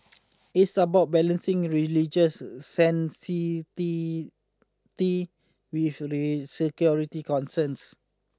it's about balancing religious sanctity with security concerns